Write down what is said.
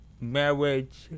Marriage